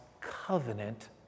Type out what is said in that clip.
covenant